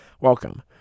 Welcome